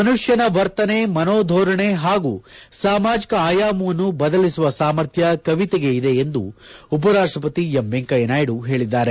ಮನುಷ್ಣನ ವರ್ತನೆ ಮನೊಧೋರಣೆ ಹಾಗೂ ಸಾಮಾಜಿಕ ಆಯಾಮವನ್ನು ಬದಲಿಸುವ ಸಾಮರ್ಥ್ಲ ಕವಿತೆಗೆ ಇದೆ ಎಂದು ಉಪರಾಷ್ಟಪತಿ ಎಂ ವೆಂಕಯ್ಲನಾಯ್ಡು ಹೇಳಿದ್ದಾರೆ